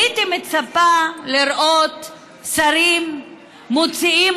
הייתי מצפה לראות שרים מוציאים